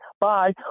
bye